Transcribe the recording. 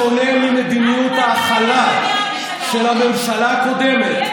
בשונה ממדיניות ההכלה של הממשלה הקודמת,